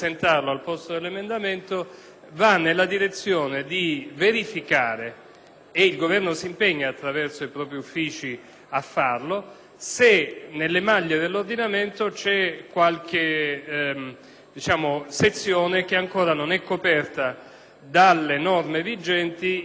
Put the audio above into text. il Governo si impegna attraverso i propri uffici a farlo - se nelle maglie dell'ordinamento c'è qualche sezione che ancora non è coperta dalle norme vigenti in termini di repressione degli abusi dei pubblici ufficiali o degli incaricati di pubblico servizio.